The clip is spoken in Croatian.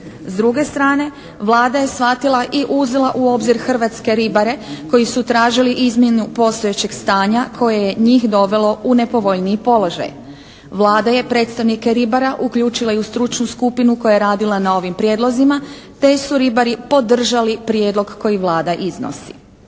S druge strane Vlada je shvatila i uzela u obzir hrvatske ribare koji su tražili izmjenu postojećeg stanja koje je njih dovelo u nepovoljniji položaj. Vlada je predstavnike ribara uključila i u stručnu skupinu koja je radila na ovim prijedlozima, te su ribari podržali prijedlog koji Vlada iznosi.